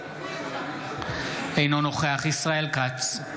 אינו נוכח ישראל כץ,